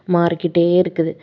மாறிக்கிட்டே இருக்குது